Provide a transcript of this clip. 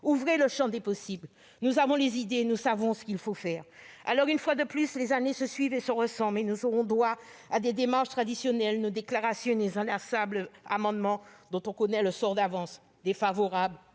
Ouvrez le champ des possibles ! Nous avons les idées, nous savons ce qu'il faut faire. Une fois de plus, les années se suivent et se ressemblent. Nous aurons droit à ces démarches traditionnelles, à nos déclarations et à nos inlassables amendements dont on connaît le sort d'avance- « défavorable